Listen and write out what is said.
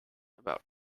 about